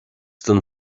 don